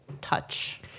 touch